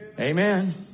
Amen